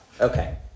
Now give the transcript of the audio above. Okay